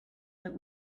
that